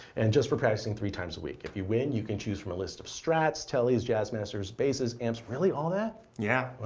and just for practicing three times a week. if you win, you can choose from a list of strats, teles, jazzmasters, bases, amps. really? all that? dylan yeah.